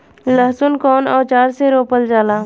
लहसुन कउन औजार से रोपल जाला?